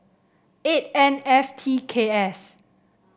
eight N F T K S